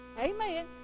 amen